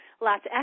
lots